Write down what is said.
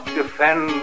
defend